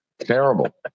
Terrible